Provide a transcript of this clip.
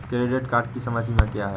Credit card की समय सीमा क्या है?